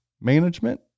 management